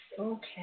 Okay